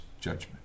judgment